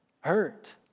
hurt